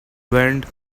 wind